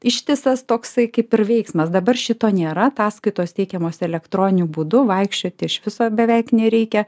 ištisas toksai kaip ir veiksmas dabar šito nėra ataskaitos teikiamos elektroniniu būdu vaikščioti iš viso beveik nereikia